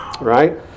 right